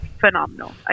phenomenal